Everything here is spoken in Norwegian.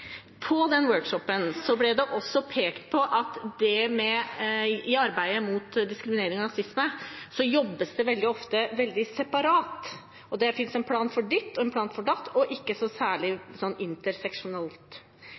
På den workshop-en ble det også pekt på at det i arbeidet mot diskriminering og rasisme veldig ofte jobbes veldig separat. Det finnes en plan for ditt og en plan for datt, og det jobbes ikke